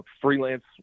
freelance